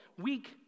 Weak